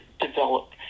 develop